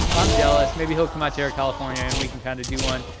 i'm jealous, maybe he'll come out here to california and we can kind of do one.